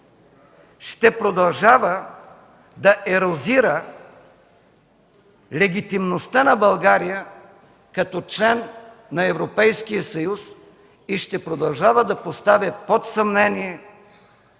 ще продължава да ерозира легитимността на България като член на Европейския съюз и ще продължава да поставя под съмнение